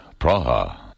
Praha